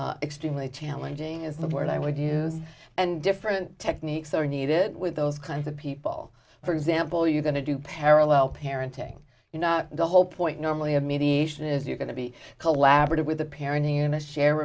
is extremely challenging is the word i would is and different techniques are needed with those kinds of people for example you're going to do parallel parenting you know the whole point normally of mediation is you're going to be collaborative with the parent in a